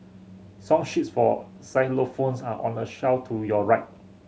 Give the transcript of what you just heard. song sheets for xylophones are on the shelf to your right